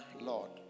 Lord